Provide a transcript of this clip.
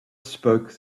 spoke